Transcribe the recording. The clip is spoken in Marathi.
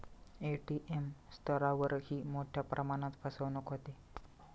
ए.टी.एम स्तरावरही मोठ्या प्रमाणात फसवणूक होते